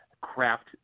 craft